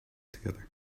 together